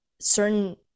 certain